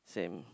same